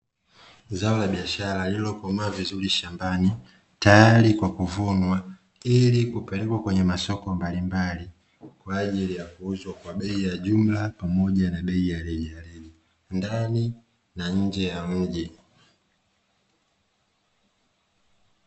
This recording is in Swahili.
Zao la biashara lililokomaa vizuri shambani tayari kwa kuvunwa, ili kupelekwa kwenye masoko mbalimbali kwa ajili ya kuuzwa kwa bei ya jumla pamoja na bei ya rejareja ndani na nje ya mji.